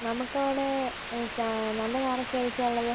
നമുക്കാണേ നല്ല കാറൊക്കെയാണ് എതൊക്കെയാണ് ഉള്ളത്